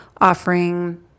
offering